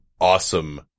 awesome